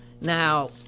Now